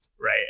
right